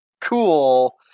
cool